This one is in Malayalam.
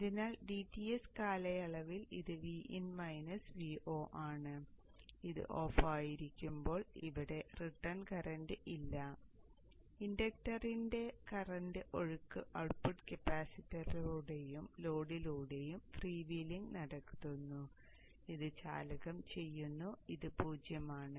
അതിനാൽ dTs കാലയളവിൽ ഇത് Vin Vo ആണ് ഇത് ഓഫായിരിക്കുമ്പോൾ ഇവിടെ റിട്ടേൺ കറന്റ് ഇല്ല ഇൻഡക്ടറിലെ കറന്റ് ഒഴുക്ക് ഔട്ട്പുട്ട് കപ്പാസിറ്ററിലൂടെയും ലോഡിലൂടെയും ഫ്രീ വീലിംഗ് നടത്തുന്നു ഇത് ചാലകം ചെയ്യുന്നു ഇത് 0 ആണ്